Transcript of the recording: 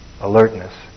alertness